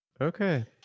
Okay